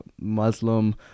Muslim